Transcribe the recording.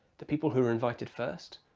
the people who were invited first,